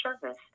service